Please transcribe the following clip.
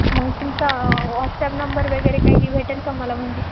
मग तुमचा WhatsApp number वगैरे काही भेटेल का मला म्हणजे